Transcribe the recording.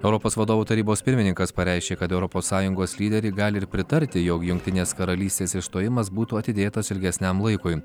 europos vadovų tarybos pirmininkas pareiškė kad europos sąjungos lyderiai gali ir pritarti jog jungtinės karalystės išstojimas būtų atidėtas ilgesniam laikui